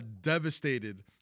devastated